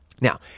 Now